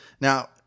Now